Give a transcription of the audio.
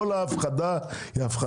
כל ההפחדה היא הפחדה לא קיימת.